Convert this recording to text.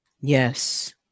Yes